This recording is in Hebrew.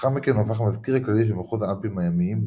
לאחר מכן הוא הפך למזכיר הכללי של מחוז האלפים הימיים,